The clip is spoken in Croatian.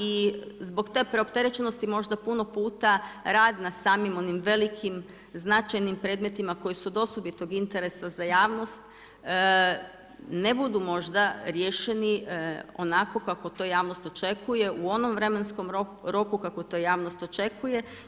I zbog te preopterećenosti možda puno puta rad na samim onim velikim značajnim predmetima koji su od osobitog interesa za javnost ne budu možda riješeni onako kako to javnost očekuje u onom vremenskom roku kako to javnost očekuje.